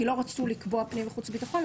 כי לא רצו לקבוע פנים וחוץ וביטחון,